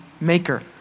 maker